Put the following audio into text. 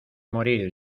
morir